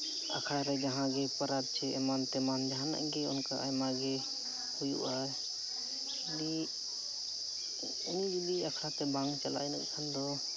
ᱟᱠᱷᱲᱟ ᱨᱮ ᱡᱟᱦᱟᱸ ᱜᱮ ᱯᱚᱨᱚᱵᱽ ᱮᱢᱟᱱ ᱛᱮᱢᱟᱱ ᱡᱟᱦᱟᱱᱟᱜ ᱜᱮ ᱚᱱᱠᱟ ᱟᱭᱢᱟᱜᱮ ᱦᱩᱭᱩᱜᱼᱟ ᱟᱹᱰᱤ ᱩᱱᱤ ᱡᱩᱫᱤ ᱟᱠᱷᱲᱟᱛᱮ ᱵᱟᱝ ᱪᱟᱞᱟᱜ ᱟᱭ ᱤᱱᱟᱹ ᱠᱷᱟᱱ ᱫᱚ